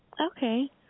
Okay